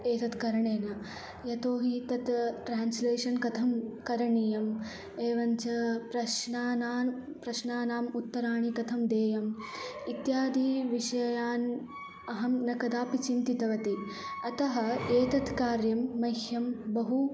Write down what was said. एतत् करणेन यतोऽहि तत् ट्रान्स्लेशन् कथं करणीयम् एवञ्च प्रश्नानान् प्रश्नानाम् उत्तराणि कथं देयम् इत्यादि विषयान् अहं न कदापि चिन्तितवती अतः एतत् कार्यं मह्यं बहु